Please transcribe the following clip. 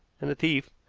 and the thief,